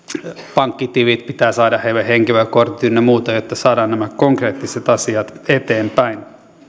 pankkitilit pitää saada heille henkilökortti ynnä muuta että saamme nämä konkreettiset asiat eteenpäin